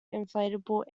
inflatable